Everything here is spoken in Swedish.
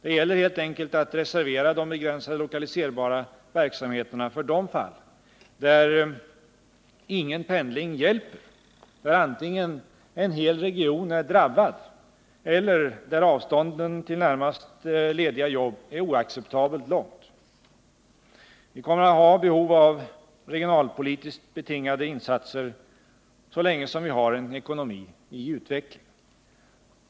Det gäller helt enkelt att reservera de begränsade lokaliserbara verksamheterna för de fall där ingen pendling hjälper — där antingen en hel region är drabbad eller där avståndet till närmaste lediga jobb är oacceptabelt stort. Vi kommer att ha behov av regionalpolitiskt betingade insatser så länge som vi har en ekonomi i utveckling.